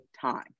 time